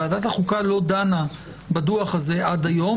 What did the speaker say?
ועדת החוקה לא דנה בדוח הזה עד היום.